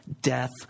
death